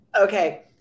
Okay